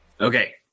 Okay